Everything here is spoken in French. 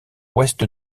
ouest